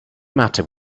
matter